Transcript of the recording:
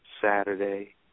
Saturday